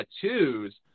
tattoos